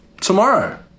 tomorrow